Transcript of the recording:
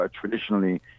traditionally